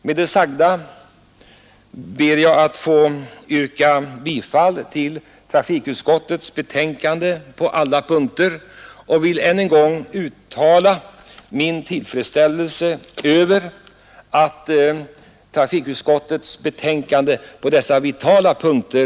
Med det sagda ber jag att få yrka bifall till trafikutskottets hemställan på alla punkter och vill än en gång uttala min tillfredsställelse över att trafikutskottet är enhälligt på alla vitala punkter.